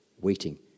waiting